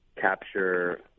capture